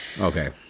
Okay